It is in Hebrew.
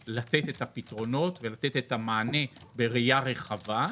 כדי לתת פתרונות ולתת מענה בראייה רחבה.